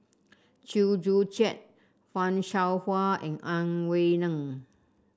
Chew Joo Chiat Fan Shao Hua and Ang Wei Neng